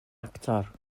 actor